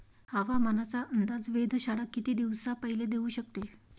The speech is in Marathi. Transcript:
हवामानाचा अंदाज वेधशाळा किती दिवसा पयले देऊ शकते?